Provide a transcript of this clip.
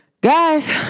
Guys